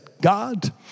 God